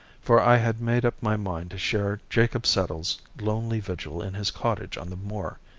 for i had made up my mind to share jacob settle's lonely vigil in his cottage on the moor.